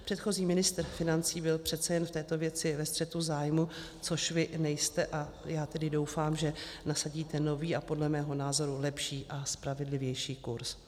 Předchozí ministr financí byl přece jen v této věci ve střetu zájmu, což vy nejste, a já tedy doufám, že nasadíte nový a podle mého názoru lepší a spravedlivější kurz.